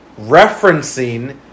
referencing